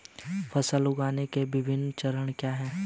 फसल उगाने के विभिन्न चरण क्या हैं?